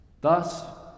Thus